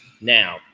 now